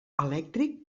elèctric